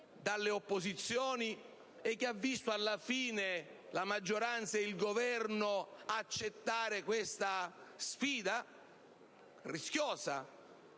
dalle opposizioni e che ha visto alla fine la maggioranza ed il Governo accettare questa sfida